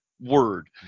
word